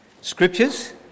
scriptures